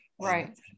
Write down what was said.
Right